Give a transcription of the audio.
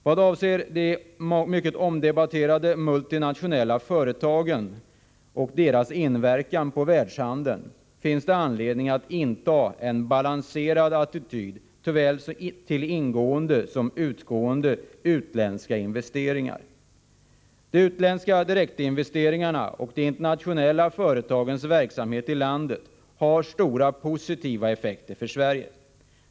Vad avser de mycket omdebatterade multinationella företagen och deras inverkan på världshandeln finns det anledning att inta en balar.serad attityd till såväl ingående som utgående utländska investeringar. De utländska direktinvesteringarna och de internationella företagens verksamhet i landet har stora positiva effekter för Sverige.